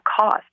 cost